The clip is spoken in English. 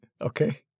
Okay